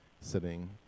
sitting